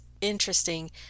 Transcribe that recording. interesting